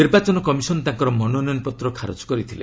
ନିର୍ବାଚନ କମିଶନ ତାଙ୍କର ମନୋନୟନପତ୍ର ଖାରଜ କରିଥିଲେ